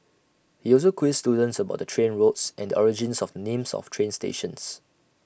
he also quizzed students about the train routes and the origins of the names of train stations